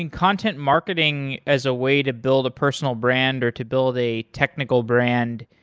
and content marketing as a way to build a personal brand or to build a technical brand,